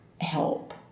help